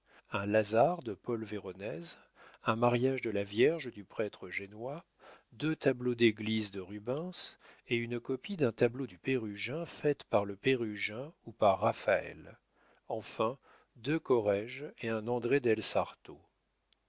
un lazare de paul véronèse un mariage de la vierge du prêtre génois deux tableaux d'église de rubens et une copie d'un tableau du pérugin faite par le pérugin ou par raphaël enfin deux corrége et un andré